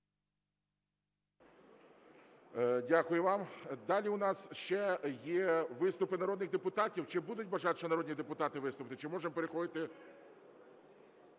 Дякую вам. Далі у нас ще є виступи народних депутатів. Чи будуть бажати виступити народні депутати виступити, чи можемо переходити?